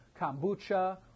kombucha